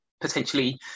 potentially